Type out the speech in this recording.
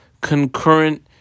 concurrent